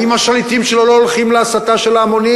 האם השליטים שלו לא הולכים להסתה של ההמונים.